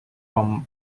from